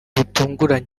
butunguranye